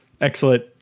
Excellent